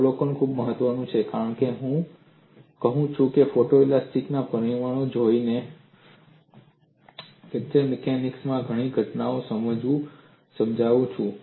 અવલોકન ખૂબ મહત્વનું છે કારણ કે હું કહું છું કે હું ફોટોલેસ્ટીસીટી ના પરિણામો જોઈને માં ઘણી ઘટનાઓને સમજાવું છું